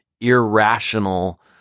irrational